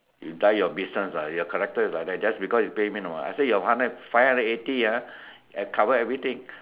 you die your business ah your character is like that just because you pay me no I say your hundred five hundred and eight ah cover everything